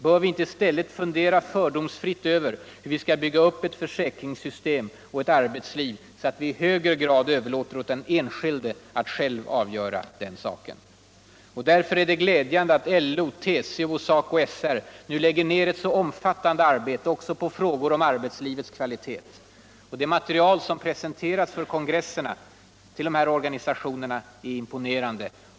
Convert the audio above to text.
Bör vi inte i stället fundera fördomsfriut över hur vi skall bygga upp ett försäkringssystem och ett arbetsliv, så att vi i högre grad överlåter åt den enskilde att själv avgöra den saken? Därför är det gläidjande au LO, TCO uch SACO/SR nu Id%cr ned ett så omfattande arbete också på frågor om arbetslivets kvalitet. Det matcerial som presenteras för kongresserna för de här organisationerna är imponerande.